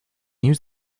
use